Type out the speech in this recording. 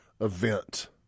event